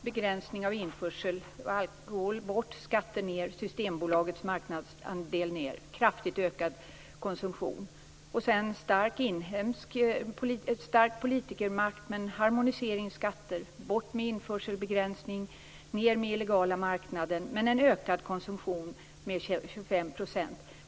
Begränsning av införsel av alkohol bort, skatter ned, Systembolagets marknadsandel ned. Därefter en stark politikermakt, men harmonisering av skatter, bort med införselbegränsning och ned med illegala marknaden. Dock en ökad konsumtion med 25 %.